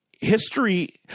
History